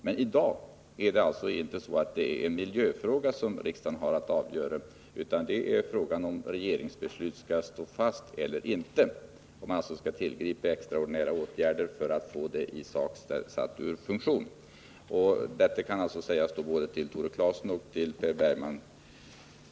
Men i dag är det alltså inte en miljöfråga som riksdagen har att avgöra, utan det är fråga om huruvida ett regeringsbeslut skall stå fast eller inte, huruvida man skall tillgripa extraordinära åtgärder för att få beslutet i sak satt ur funktion. Detta skall då sägas både till Tore Claeson och till Per Bergman.